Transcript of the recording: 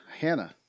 Hannah